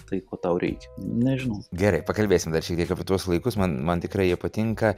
tai ko tau reikia nežinau gerai pakalbėsim dar šiek tiek apie tuos laikus man man tikrai jie patinka